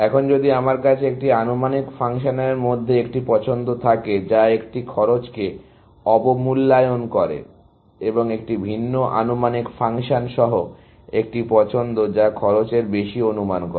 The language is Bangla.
এখন যদি আমার কাছে একটি আনুমানিক ফাংশনের মধ্যে একটি পছন্দ থাকে যা একটি খরচকে অবমূল্যায়ন করে এবং একটি ভিন্ন আনুমানিক ফাংশন সহ একটি পছন্দ যা খরচের বেশি অনুমান করে